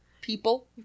people